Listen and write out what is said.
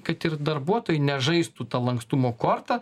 kad ir darbuotojai nežaistų ta lankstumo korta